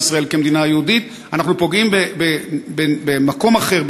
ישראל כמדינה יהודית אנחנו פוגעים במקום אחר,